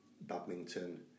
Badminton